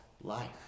life